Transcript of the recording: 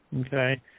okay